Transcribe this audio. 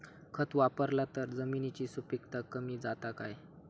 खत वापरला तर जमिनीची सुपीकता कमी जाता काय?